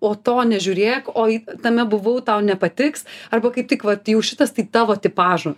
o to nežiūrėk oi tame buvau tau nepatiks arba kaip tik va šitas tai tavo tipažų